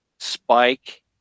Spike